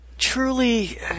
truly